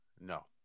No